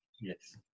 Yes